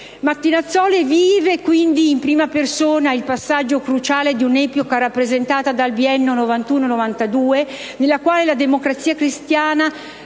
Martinazzoli vive dunque in prima persona il passaggio cruciale di un'epoca rappresentata dal biennio 1991-1992, nella quale la Democrazia cristiana,